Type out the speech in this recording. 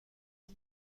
کنم